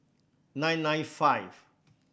nine nine five